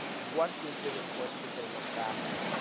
what is it, of course, that they look back at?